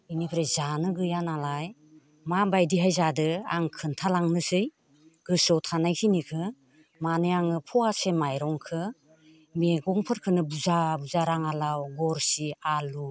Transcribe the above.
बेनिफ्राय जानो गैया नालाय माबायदिहाय जादों आं खिनथा लांनोसै गोसोआव थानायखिनिखौ माने आङो फवासे माइरंखौ मैगंफोरखौनो बुरजा बुरजा राङालाव गरसि आलु